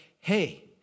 hey